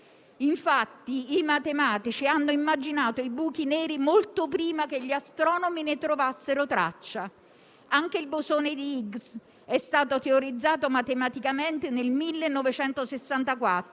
Infatti, i matematici hanno immaginato i buchi neri molto prima che gli astronomi ne trovassero traccia. Anche il bosone di Higgs è stato teorizzato matematicamente nel 1964